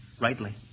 rightly